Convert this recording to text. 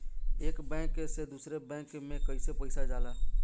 एक बैंक से दूसरे बैंक में कैसे पैसा जाला?